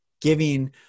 giving